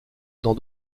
dans